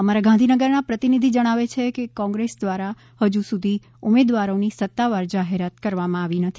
અમારા ગાંધીનગરના પ્રતિનિધિ જણાવે છે કે કોંગ્રેસ દ્વારા હજુ સુધી ઉમેદવારોની સત્તાવાર જાહેરાત કરવામાં આવી નથી